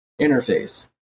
interface